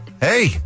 hey